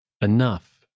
Enough